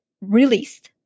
released